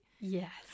yes